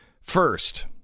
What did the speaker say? First